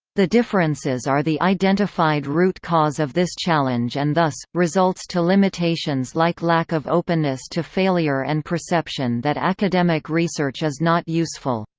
the differences are the identified root cause of this challenge and thus, results to limitations like lack of openness to failure and perception that academic research is not useful.